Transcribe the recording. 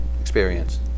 experience